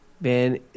Man